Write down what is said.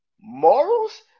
Morals